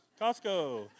Costco